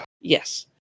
Yes